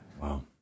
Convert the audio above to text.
Wow